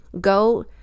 go